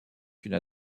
qu’une